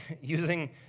using